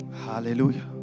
hallelujah